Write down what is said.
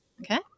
Okay